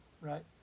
right